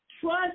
trust